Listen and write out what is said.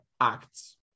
acts